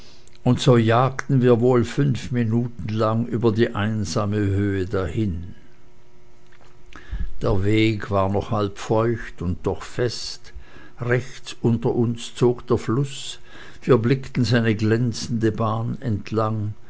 und so jagten wir wohl fünf minuten lang über die einsame höhe dahin der weg war noch halb feucht und doch fest rechts unter uns zog der floß wir blickten seine glänzende bahn entlang